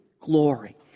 glory